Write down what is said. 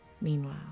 Meanwhile